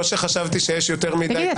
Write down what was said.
שלא חשבתי שיש יותר מדי --- תגיד,